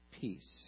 peace